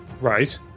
Right